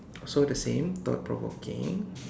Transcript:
so the same thought provoking